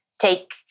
take